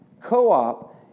Co-op